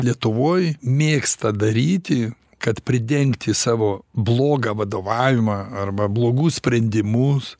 lietuvoj mėgsta daryti kad pridengti savo blogą vadovavimą arba blogus sprendimus